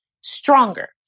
stronger